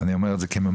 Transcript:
אני אומר את זה כמ"מ